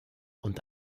und